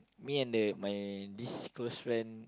me and the my this close friend